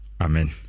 Amen